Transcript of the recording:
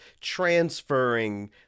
transferring